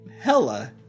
hella